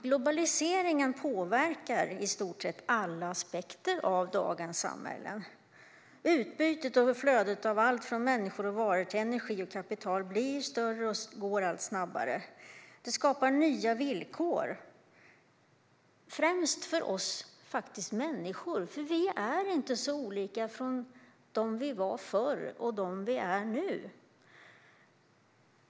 Globaliseringen påverkar i stort sett alla aspekter av dagens samhällen. Utbytet och flödet av allt från människor och varor till energi och kapital blir allt större och går allt snabbare. Det skapar nya villkor främst för oss människor, för vi är inte så olika dem som vi var förr.